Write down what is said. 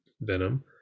Venom